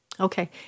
Okay